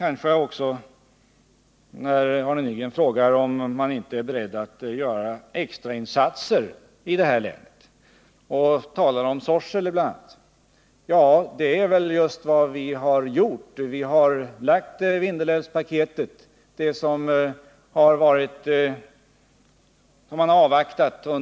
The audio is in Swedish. Arne Nygren frågade om inte regeringen är beredd att göra extrainsatser i det här länet. Han talade därvid bl.a. om Sorsele. Men det är ju just vad vi har gjort. Vi har kommit med Vindelälvspaketet, som man i åratal har väntat på.